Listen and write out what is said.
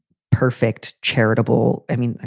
perfect. charitable. i mean,